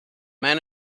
man